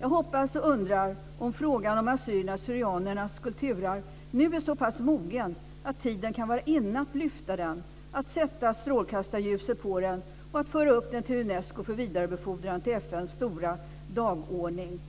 Jag hoppas att och undrar om frågan om assyrier/syrianernas kulturarv nu är så pass mogen att tiden kan vara inne att lyfta fram den, sätta strålkastarljuset på den och föra upp den till Unesco för vidarebefordran till FN:s stora dagordning.